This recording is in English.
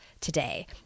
today